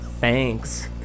Thanks